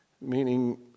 meaning